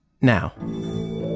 Now